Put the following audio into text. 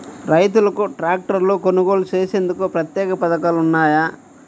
రైతులకు ట్రాక్టర్లు కొనుగోలు చేసేందుకు ప్రత్యేక పథకాలు ఉన్నాయా?